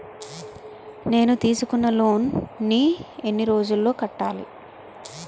నేను తీసుకున్న లోన్ నీ ఎన్ని రోజుల్లో కట్టాలి?